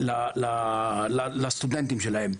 לסטודנטים שלהן.